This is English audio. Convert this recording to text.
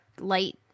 light